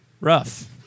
rough